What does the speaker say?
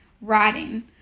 writing